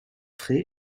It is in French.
frais